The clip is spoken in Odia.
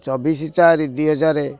ଚବିଶ ଚାରି ଦୁଇହଜାର